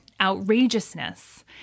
outrageousness